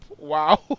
Wow